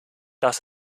das